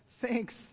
thanks